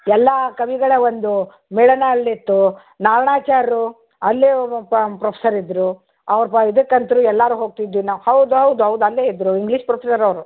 ಎಲ್ಲ ಕವಿಗಳ ಒಂದು ಮಿಲನ ಅಲ್ಲಿತ್ತು ನಾರಾಣಾಚಾರ್ರು ಅಲ್ಲೇ ಒಬ್ಬ ಪ್ರೊಫ್ಸರ್ ಇದ್ದರು ಅವ್ರು ಬ ಇದಕ್ಕಂತು ಎಲ್ಲರೂ ಹೋಗ್ತಿದ್ವು ನಾನು ಹೌದು ಹೌದು ಹೌದು ಅಲ್ಲೇ ಇದ್ದರು ಇಂಗ್ಲೀಷ್ ಪ್ರೊಫೆಸರ್ ಅವರು